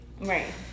Right